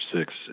six